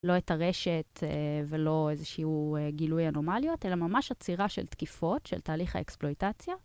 לא את הרשת ולא איזשהו גילוי אנומליות אלא ממש הצירה של תקיפות של תהליך האקספלואיטציה.